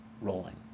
rolling